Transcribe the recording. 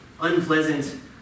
unpleasant